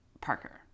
Parker